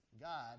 God